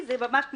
ערוץ הכנסת,